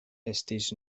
estis